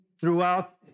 throughout